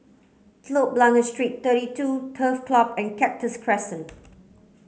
Telok Blangah Street thirty two Turf Club and Cactus Crescent